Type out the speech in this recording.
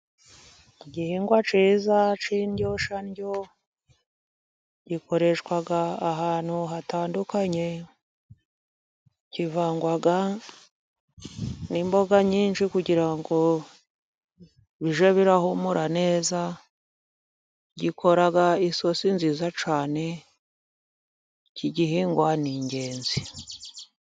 Igihingwa kiza k’indyoshyandyo，gikoreshwa ahantu hatandukanye， kivangwa n'imboga nyinshi，kugira ngo bige birahumura neza，gikora isosi nziza cyane， iki gihingwa ni ingenzi.